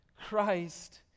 Christ